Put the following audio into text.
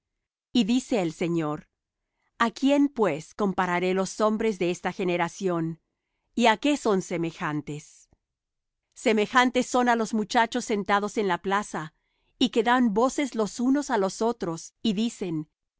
y dice el señor a quién pues compararé los hombres de esta generación y á qué son semejantes semejantes son á los muchachos sentados en la plaza y que dan voces los unos á los otros y dicen